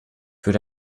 würde